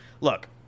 look